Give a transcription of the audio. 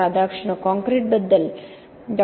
राधाकृष्ण काँक्रीटबद्दल डॉ